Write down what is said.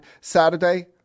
Saturday